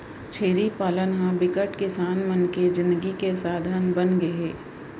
छेरी पालन ह बिकट किसान मन के जिनगी के साधन बनगे हे